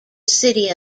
city